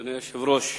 אדוני היושב-ראש,